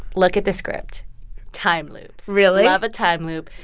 look at this script time loops really? love a time loop.